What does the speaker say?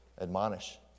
admonish